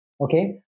okay